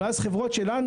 ואז חברות שלנו,